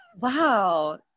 Wow